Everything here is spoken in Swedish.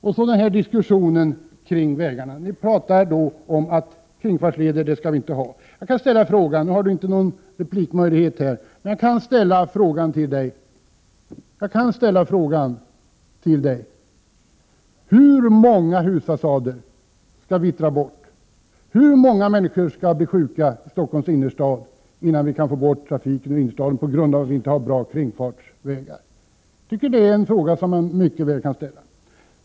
Och i diskussionen om vägarna säger ni att vi inte skall ha kringfartsleder. Nu har Roy Ottosson någon möjlighet till ytterligare replik, men jag kan ändå ställa frågan: Hur många husfasader skall vittra bort och hur många människor skall bli sjuka i Stockholms innerstad innan vi kan få bort trafiken ur innerstaden på grund av att vi inte har bra kringfartsleder? Det är en fråga man mycket väl kan ställa.